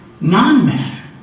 non-matter